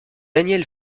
daniel